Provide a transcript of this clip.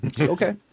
Okay